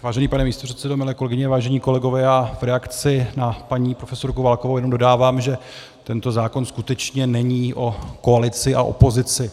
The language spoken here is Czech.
Vážený pane místopředsedo, milé kolegyně, vážení kolegové, já v reakci na paní profesorku Válkovou jenom dodávám, že tento zákon skutečně není o koalici a opozici.